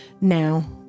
now